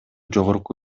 жогорку